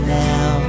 now